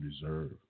deserve